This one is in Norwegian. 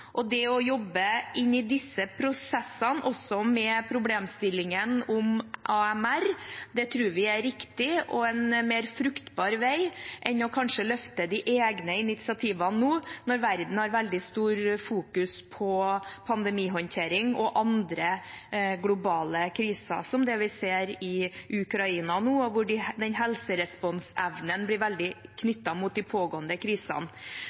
Det å jobbe inn i disse prosessene, også med problemstillingen om AMR, tror vi er riktig og en mer fruktbar vei enn kanskje å løfte de egne initiativene – nå når verden fokuserer veldig mye på pandemihåndtering og andre globale kriser, som det vi ser i Ukraina, og hvor denne helseresponsevnen blir veldig knyttet mot de pågående krisene.